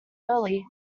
early